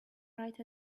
write